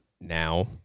Now